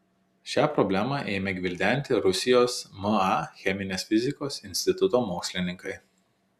šią problemą ėmė gvildenti rusijos ma cheminės fizikos instituto mokslininkai